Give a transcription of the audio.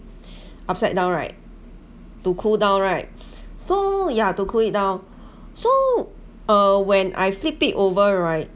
upside down right to cool down right so yeah to cool it down so uh when I flip it over right